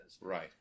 Right